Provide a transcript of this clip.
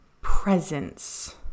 presence